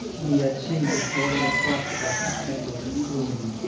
whom he had seen this morning across the dusky candle-lit gloom,